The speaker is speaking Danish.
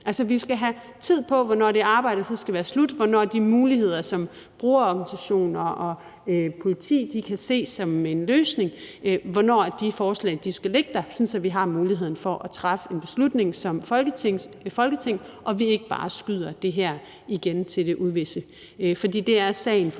Altså, vi skal have tid på, hvornår det arbejde så skal være slut, og hvornår de muligheder, som brugerorganisationer og politi kan se som en løsning, skal ligge som forslag, sådan at vi har muligheden for at træffe en beslutning som Folketing, og så vi ikke bare igen skyder det ud i det uvisse,